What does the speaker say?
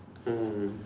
oh